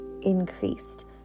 increased